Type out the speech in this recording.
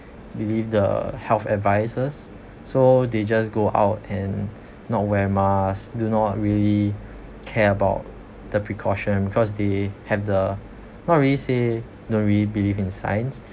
believe the health advices so they just go out and not wear mask do not really care about the precaution because they have the not really say don't really believe in science